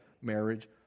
marriage